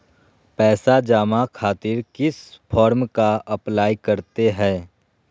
पैसा जमा खातिर किस फॉर्म का अप्लाई करते हैं?